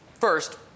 First